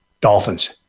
dolphins